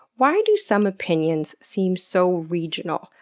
why do some opinions seem so regional?